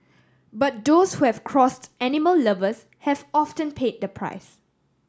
but those who have crossed animal lovers have often paid the price